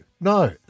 no